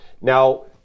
Now